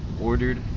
ordered